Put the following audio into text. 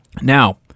Now